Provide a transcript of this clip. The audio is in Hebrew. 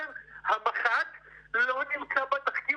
המח"ט לא נמצא בתחקיר,